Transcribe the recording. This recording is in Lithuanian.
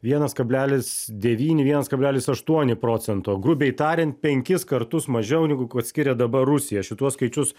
vienas kablelis devyni vienas kablelis aštuoni procento grubiai tariant penkis kartus mažiau negu kad skiria dabar rusija šituos skaičius